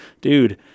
dude